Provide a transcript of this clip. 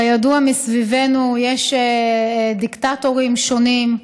כידוע, מסביבנו יש דיקטטורים שונים,